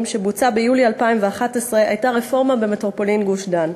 שבוצעה ביולי 2011 הייתה רפורמה במטרופולין גוש-דן.